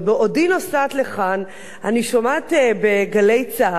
בעודי נוסעת לכאן אני שומעת ב"גלי צה"ל",